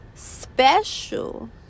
special